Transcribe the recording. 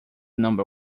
number